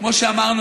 כמו שאמרנו,